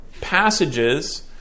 passages